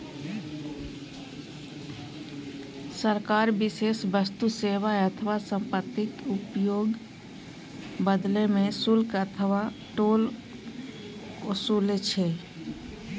सरकार विशेष वस्तु, सेवा अथवा संपत्तिक उपयोगक बदला मे शुल्क अथवा टोल ओसूलै छै